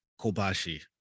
kobashi